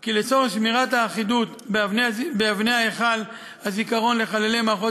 כי לצורך שמירת האחידות באבני היכל הזיכרון לחללי מערכות